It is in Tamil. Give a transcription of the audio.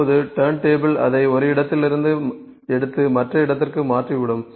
இப்போது டர்ன் டேபிள் அதை ஒரு இடத்திலிருந்து எடுத்து மற்ற இடத்திற்கு மாற்றிவிடும்